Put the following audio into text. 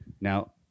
Now